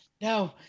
no